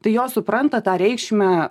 tai jos supranta tą reikšmę